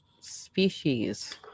species